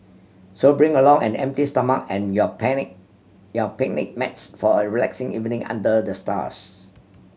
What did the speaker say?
so bring along an empty stomach and your panic your picnic mats for a relaxing evening under the stars